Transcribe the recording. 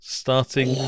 starting